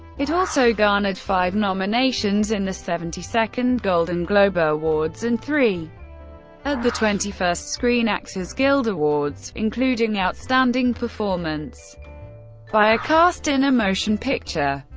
it also garnered five nominations in the seventy second golden globe ah awards and three at the twenty first screen actors guild awards, including outstanding performance by a cast in a motion picture.